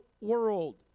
world